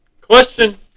Question